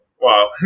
Wow